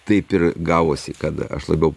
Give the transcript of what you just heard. taip ir gavosi kad aš labiau